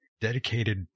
dedicated